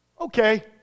Okay